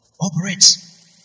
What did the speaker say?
operates